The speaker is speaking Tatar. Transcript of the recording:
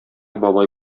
бабай